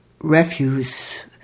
refuse